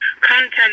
content